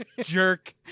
jerk